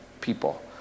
people